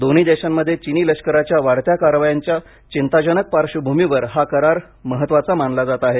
दोन्ही देशांमध्ये चिनी लष्कराच्या वाढत्या कारवायांच्या चिंताजनक पार्श्वभूमीवर हा करार महत्त्वाचा मानला जात आहे